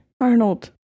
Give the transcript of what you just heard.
Arnold